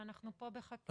אבל אנחנו פה בהערכת מצב.